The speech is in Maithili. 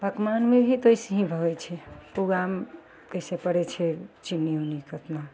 पकवानमे भी तऽ ओइसहीं होइ छै पुआमे कइसे पड़य छै चीनी उनी कतना